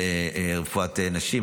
רפואת נשים,